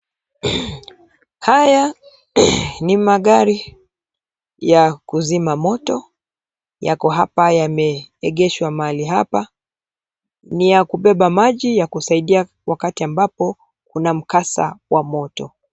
Haya ni magari ya kuzima moto, yako hapa yameegeshwa mahali hapa. Ni ya kubeba maji ya kusaidia wakati ambapo kuna mkasa wa moto.